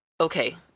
okay